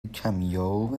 کمیاب